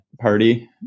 party